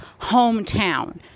hometown